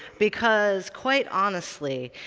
because, quite honestly,